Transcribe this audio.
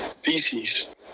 feces